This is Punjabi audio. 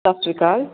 ਸਤਿ ਸ੍ਰੀ ਅਕਾਲ